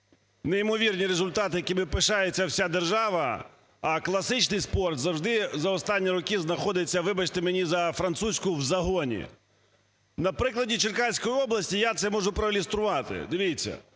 неймовірні результати, якими пишається вся держава, а класичний спорт завжди за останні роки знаходиться, вибачте мені за французьку, в загоні? На прикладі Черкаської області я це можу проілюструвати. Дивіться.